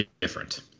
different